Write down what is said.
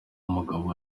mugabo